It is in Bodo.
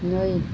नै